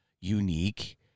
unique